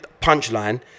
punchline